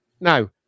now